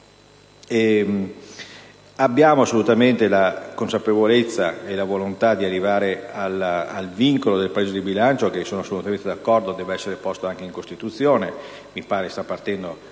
Abbiamo assolutamente la consapevolezza e la volontà di arrivare al vincolo del pareggio di bilancio, e sono assolutamente d'accordo che debba essere inserito anche in Costituzione. Mi pare stia partendo